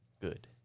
Good